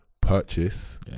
purchase